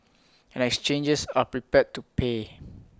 and exchanges are prepared to pay